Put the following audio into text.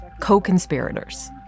co-conspirators